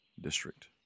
District